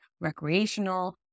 recreational